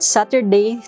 Saturday